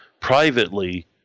privately